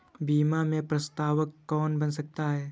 बीमा में प्रस्तावक कौन बन सकता है?